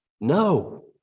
No